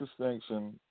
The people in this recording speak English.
distinction